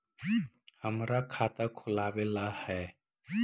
हमरा खाता खोलाबे ला है?